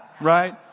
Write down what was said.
right